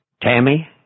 Tammy